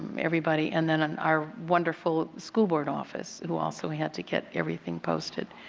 um everybody, and then, our wonderful school board office who also had to get everything posted.